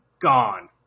gone